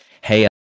Hey